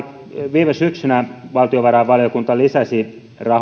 viime syksynä valtiovarainvaliokunta lisäsi rahoja huippu urheiluun